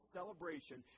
celebration